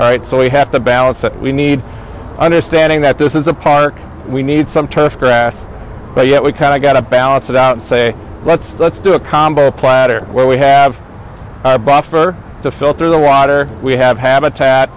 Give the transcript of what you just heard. all right so we have to balance that we need understanding that this is a park we need some tough grass but yet we kind of got to balance it out and say let's let's do a combo platter where we have bought for the filter the water we have habitat